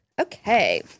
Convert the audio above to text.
Okay